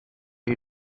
you